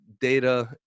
data